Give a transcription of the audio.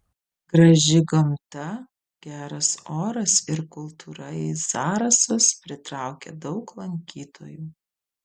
graži gamta geras oras ir kultūra į zarasus pritraukė daug lankytojų